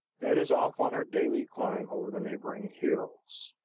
that is off on her daily climb over the neighboring hills.